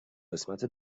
قسمت